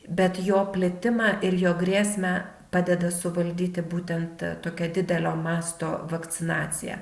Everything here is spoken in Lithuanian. bet jo plitimą ir jo grėsmę padeda suvaldyti būtent tokia didelio masto vakcinacija